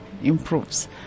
improves